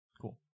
Cool